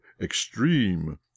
extreme